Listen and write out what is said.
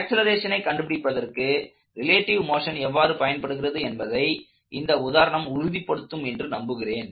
ஆக்ஸலரேஷனை கண்டுபிடிப்பதற்கு relative motion எவ்வாறு பயன்படுகிறது என்பதை இந்த உதாரணம் உறுதிப்படுத்தும் என்று நம்புகிறேன்